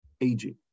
aging